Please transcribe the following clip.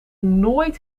nooit